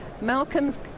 Malcolm's